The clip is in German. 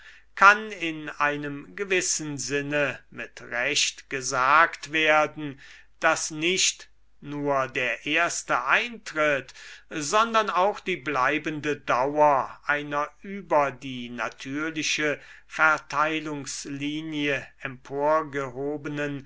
kann in einem gewissen sinne mit recht gesagt werden daß nicht nur der erste eintritt sondern auch die bleibende dauer einer über die natürliche verteilungslinie emporgehobenen